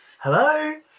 Hello